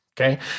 Okay